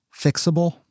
fixable